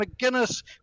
McGuinness